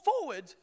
forward